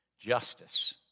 justice